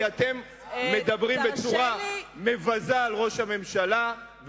כי אתם מדברים בצורה מבזה על ראש הממשלה,